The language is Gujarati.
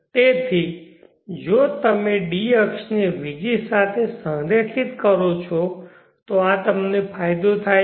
તેથી જો તમે ડી અક્ષને વીજી સાથે સંરેખિત કરો તો તમને ફાયદો થાય છે